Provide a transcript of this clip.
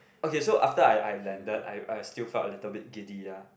okay so after I I landed I I still felt a little bit giddy ah